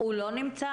הוא לא נמצא?